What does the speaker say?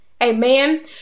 amen